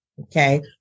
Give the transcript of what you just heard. Okay